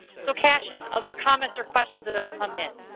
so cashin, other comments or questions that have come in?